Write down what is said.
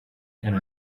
and